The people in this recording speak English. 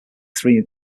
three